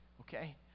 okay